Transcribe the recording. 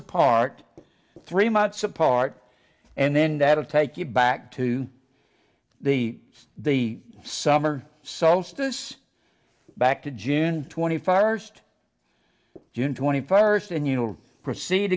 apart three months apart and then that will take you back to the the summer solstice back to june twenty first june twenty first and you will proceed